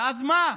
ואז מה?